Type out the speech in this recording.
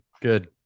Good